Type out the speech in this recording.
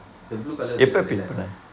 the blue colour also never realise ah